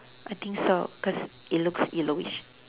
I think so cause it looks yellowish